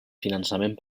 finançament